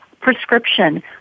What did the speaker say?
prescription